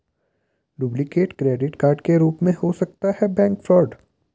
duplicate credit card के रूप में हो सकता है बैंक फ्रॉड